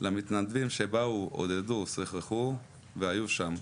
למתנדבים שבאו, עודדו, שוחחו והיו שם.